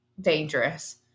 dangerous